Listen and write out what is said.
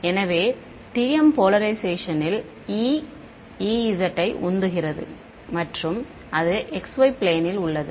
எனவே TM போலரைஷேனில் E E z யை உந்துகிறது மற்றும் அது xy பிளேனில் உள்ளது